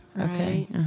Okay